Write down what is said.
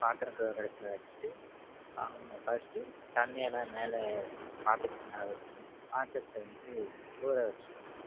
பாத்திரம் கழுவுகிற இடத்துல வச்சுட்டு ஃபர்ஸ்ட்டு தண்ணியெல்லாம் மேலே பாத்திரத்து மேலே ஊற்றி பாத்திரத்த வந்து ஊற வச்சுருவேன்